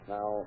Now